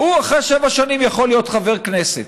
הוא אחרי שבע שנים יכול להיות חבר כנסת.